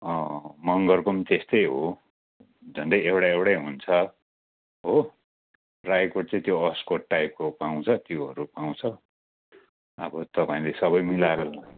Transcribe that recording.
मगरको पनि त्यस्तै हो झन्डै एउटा एउटै हुन्छ हो राईको चाहिँ त्यो अस्कोट टाइपको पाउँछ त्योहरू पाउँछ अब तपाईँले सबै मिलार लानु